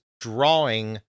drawing